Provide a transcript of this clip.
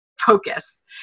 focus